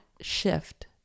shift